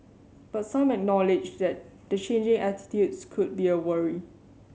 but some acknowledged that the changing attitudes could be a worry